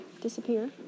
disappear